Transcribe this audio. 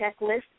checklist